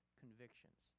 convictions